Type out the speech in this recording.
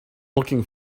looking